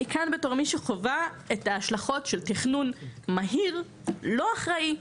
אני כאן בתור מי שחווה את ההשלכות של תכנון מהיר ולא אחראי,